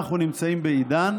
אנחנו נמצאים בעידן